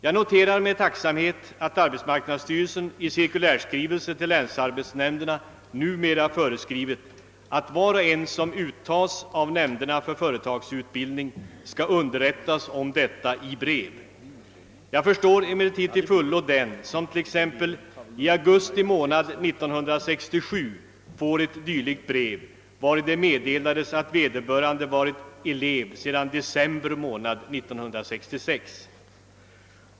Jag noterar med tacksamhet att arbetsmarknadsstyrelsen i cirkulärskrivelse till länsarbetsnämnderna numera föreskrivit att var och en som uttas av nämnderna för företagsutbildning skall i brev underrättas om detta. Jag förstår emellertid till fullo den som t.ex. i augusti månad 1967 får ett dylikt brev, vari det meddelas att vederbörande har varit elev sedan december månad 1966!